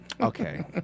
Okay